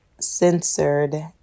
censored